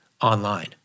online